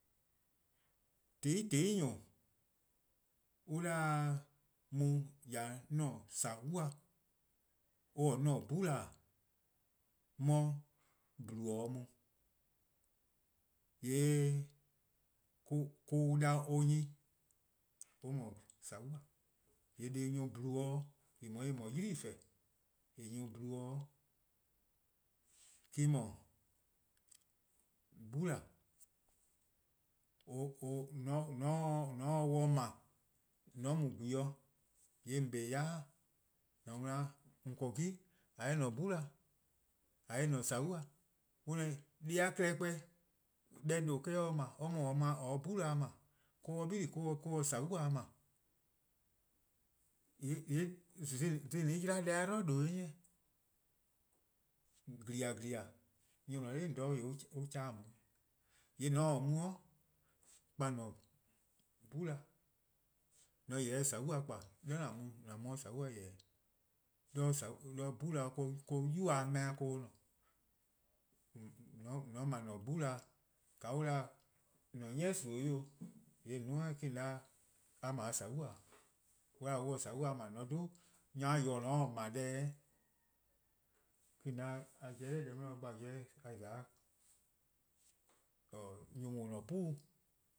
:Tehn 'i :tehn 'i-nyor:+ on 'da mu :ya 'de 'an-a'a: :saua'-: 'dekorn: 'bhula:-: 'on 'ye :dle 'da mu. :yee' ka on 'da or 'nyne, or :mor :saua', :yee' deh+ nyor+-a dle-dih-a :en :mlor :en no-a 'ylii: 'for+, :en nyor+-a dle-dih-a me-: 'dhu 'bhula:. :mor :on se or 'ble :mor :on :gwiele' :yee' :on kpa yai' dih. :an mu-a 'o :on :korn 'gen :a 'ye :an-a'a: 'bhula, :a 'ye :an-a'a: :saua', on 'da, deh+-a klehkpeh deh :due' eh-: or se 'ble, or me-: :or se 'bula' 'ble, :or-: 'bili:-: dih :or 'se :saua' 'ble, :yee' dhih :an yba deh-a 'dlu :due' eh 'nyne :eh? :gla :gla :yee' nyor+ :on :ne-a 'nor 'de an kehleh :on 'weh. :yee' :mor :on :taa mu-' kpa :an-a'a: 'bhula', :an :yeh se :saua' kpa 'de :dha :an mu-a an mu 'de :saua' dih :yeh-dih:. 'de 'bhula' deh 'di 'de 'yuba-a 'meh-a :ne. :mor :on 'ble :an-a'a: 'bhula' :ka on 'da :an-a'a: 'ni :suma: 'o, :yee 'duo:-or 'weh, 'de :on 'da a 'ble :saua' :e? :mor on se :saua' 'ble :mor nyor :yor :or 'ble-a deh, :yee' :on 'de a pobo: nor deh 'di, a pobo: 'de a :za 'de nyor+ :daa :on :ne-a 'puu'.